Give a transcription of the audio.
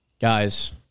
Guys